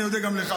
אני אודה גם לך.